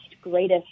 greatest